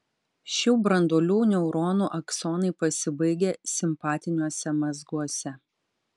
šių branduolių neuronų aksonai pasibaigia simpatiniuose mazguose